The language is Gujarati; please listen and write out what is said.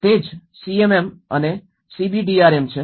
તે જ સીએએમ અને સીબીડીઆરએમ છે